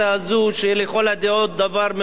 שהיא לכל הדעות דבר אדיר,